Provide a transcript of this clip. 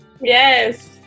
Yes